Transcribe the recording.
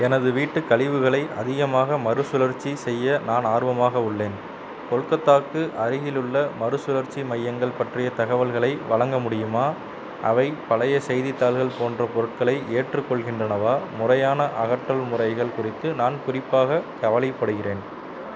எனது வீட்டுக் கழிவுகளை அதிகமாக மறுசுழற்சி செய்ய நான் ஆர்வமாக உள்ளேன் கொல்கத்தாக்கு அருகிலுள்ள மறுசுழற்சி மையங்கள் பற்றிய தகவல்களை வழங்க முடியுமா அவை பழைய செய்தித்தாள்கள் போன்ற பொருட்களை ஏற்றுக்கொள்கின்றனவா முறையான அகற்றல் முறைகள் குறித்து நான் குறிப்பாக கவலைப்படுகிறேன்